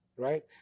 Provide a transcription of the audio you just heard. Right